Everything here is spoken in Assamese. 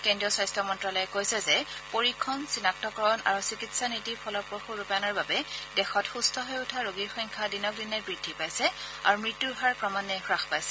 কেন্দ্ৰীয় স্বাস্থ্যমন্ত্যালয়ে কৈছে যে পৰীক্ষণ চিনাক্তকৰণ আৰু চিকিৎসা নীতি ফলপ্ৰসুৰূপায়ণৰ বাবে দেশত সুস্থ হৈ উঠা ৰোগীৰ সংখ্যা দিনক দিনে বুদ্ধি পাইছে আৰু মৃত্যুৰ হাৰ ক্ৰমান্নয়ে হাস পাইছে